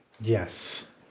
Yes